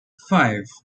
five